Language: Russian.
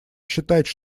считать